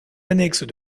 annexes